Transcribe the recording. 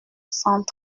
cent